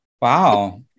Wow